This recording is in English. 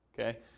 Okay